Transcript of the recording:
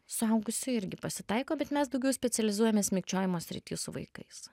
suaugusieji irgi pasitaiko bet mes daugiau specializuojamės mikčiojimo srity su vaikais